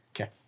Okay